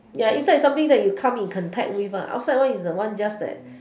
ya inside is something that you come in contact with outside one is the one just that